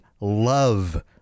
love